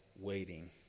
waiting